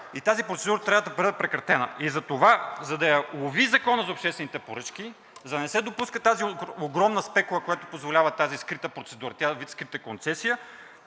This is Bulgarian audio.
и тази процедура трябва да бъде прекратена. И затова, за да я лови Законът за обществените поръчки, за да не се допуска тази огромна спекула, която позволява тази скрита процедура, тя е вид скрита концесия,